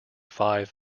five